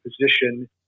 position